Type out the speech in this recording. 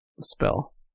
Spell